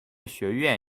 学院